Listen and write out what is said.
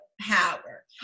power